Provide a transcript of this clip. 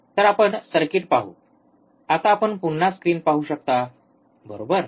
तर आपण सर्किट पाहू आता आपण पुन्हा स्क्रीन पाहू शकता बरोबर